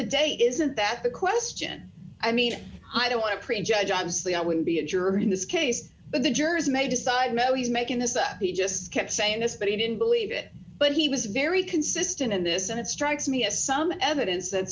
the day isn't that the question i mean i don't want to prejudge honestly i would be a juror in this case but the jurors may decide no he's making is that he just kept saying this but he didn't believe it but he was very system in this and it strikes me as some evidence that